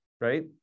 right